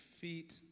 feet